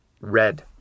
red